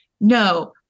No